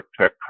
tech